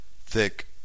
thick